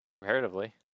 comparatively